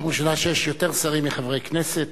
פעם ראשונה שיש יותר שרים מחברי כנסת,